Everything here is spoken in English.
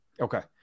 Okay